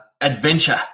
adventure